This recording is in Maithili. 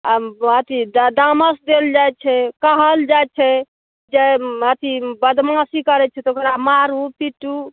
आ अथी तामस चलि जाइत छै कहल जाइत छै जे अथी बदमाशी करैत छै तऽ ओकरा मारू पीटू